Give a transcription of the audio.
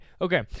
Okay